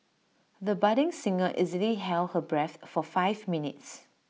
the budding singer easily held her breath for five minutes